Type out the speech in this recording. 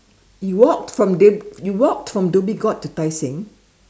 you walked from d~ you walked from Dhoby Ghaut to Tai Seng